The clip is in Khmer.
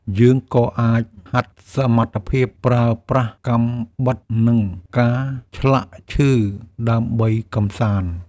យើងក៏អាចហាត់សមត្ថភាពប្រើប្រាស់កាំបិត និងការឆ្លាក់ឈើដើម្បីកម្សាន្ត។